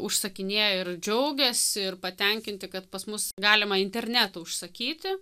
užsakinėja ir džiaugiasi ir patenkinti kad pas mus galima internetu užsakyti